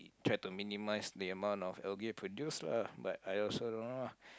try to minimise the amount of algae produce lah but I also don't know ah